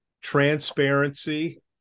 transparency